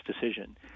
decision